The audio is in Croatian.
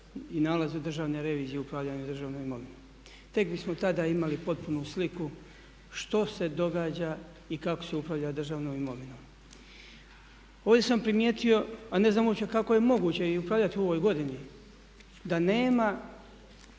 i nalazu Državne revizije o upravljanju državnom imovinom. Tek bismo tada imali potpunu sliku što se događa i kako se upravlja državnom imovinom. Ovdje sam primijetio, a ne znam uopće kako je moguće i upravljati u ovoj godini, da nema